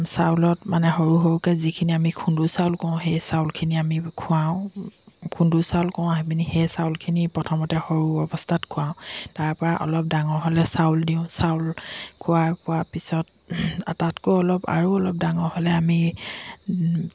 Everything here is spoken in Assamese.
চাউলত মানে সৰু সৰুকৈ যিখিনি আমি খুন্দু চাউল কৰোঁ সেই চাউলখিনি আমি খুৱাওঁ খুন্দু চাউল কওঁ সেই পিনি সেই চাউলখিনি প্ৰথমতে সৰু অৱস্থাত খুৱাওঁ তাৰপৰা অলপ ডাঙৰ হ'লে চাউল দিওঁ চাউল খোৱা খোৱাৰ পিছত তাতকৈ অলপ আৰু অলপ ডাঙৰ হ'লে আমি